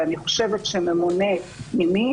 המועצה חושבת שממונה פנימי